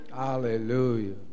Hallelujah